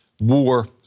war